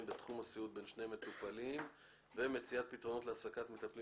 בתחום הסיעוד בין סוגי מטופלים ומציאת פתרונות להעסקת מטפלים